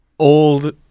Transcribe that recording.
Old